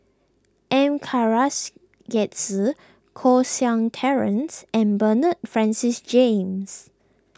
M Karthigesu Koh Seng Terence and Bernard Francis James